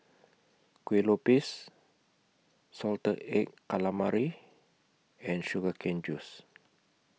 Kueh Lupis Salted Egg Calamari and Sugar Cane Juice